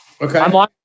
Okay